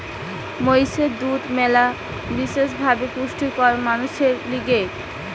মহিষের দুধ ম্যালা বেশি ভাবে পুষ্টিকর মানুষের লিগে